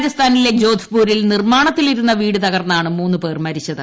രാജസ്ഥാനിലെ ജോധ്പൂരിൽ നിർമാണത്തിലിരുന്ന വീട് തകർന്നാണ് മൂന്ന് പേർ മരിച്ചത്